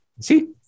See